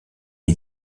les